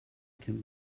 can